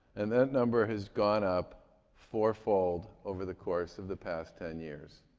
and that number has gone up fourfold over the course of the past ten years.